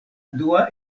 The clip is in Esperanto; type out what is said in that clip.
dua